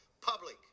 public